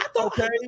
Okay